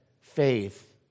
faith